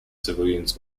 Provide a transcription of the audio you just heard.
civilians